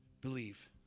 believe